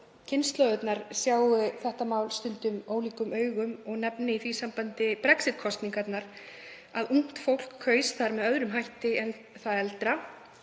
kynslóðirnar sjá þetta mál stundum ólíkum augum. Ég nefni í því sambandi Brexit-kosningarnar, þ.e. að ungt fólk kaus þar með öðrum hætti en það eldra.